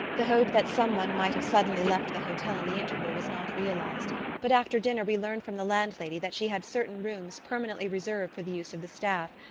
the hope that some one might have suddenly left the hotel in the interval was not realized but after dinner we learned from the landlady that she had certain rooms permanently reserved for the use of the staff,